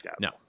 no